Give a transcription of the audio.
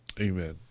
amen